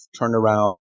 turnaround